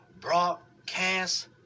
broadcast